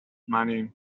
money